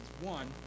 One